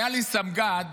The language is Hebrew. הייתי סמג"ד